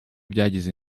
byagize